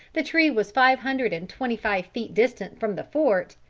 the tree was five hundred and twenty-five feet distant from the fort,